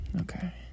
Okay